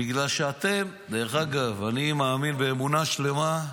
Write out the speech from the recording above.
בגלל שאתם, דרך אגב, אני מאמין באמונה שלמה,